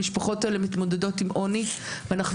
המשפחות האלה מתמודדות עם עוני ואנחנו